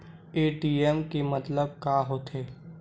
ATM के मतलब का होथे?